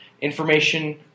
information